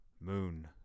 moon